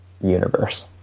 universe